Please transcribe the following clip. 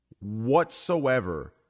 whatsoever